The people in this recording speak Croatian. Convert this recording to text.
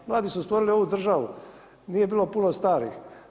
Ma mladi su stvorili ovu državu, nije bilo puno starih.